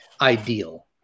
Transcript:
ideal